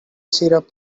syrup